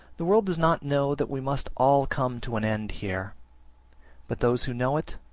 the world does not know that we must all come to an end here but those who know it,